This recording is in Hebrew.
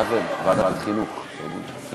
הצעת חוק מכוני כושר (רישוי ופיקוח) (תיקון מס'